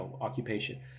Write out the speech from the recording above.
occupation